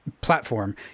platform